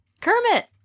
Kermit